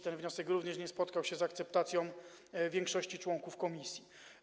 Ten wniosek również nie spotkał się z akceptacją większości członków komisji.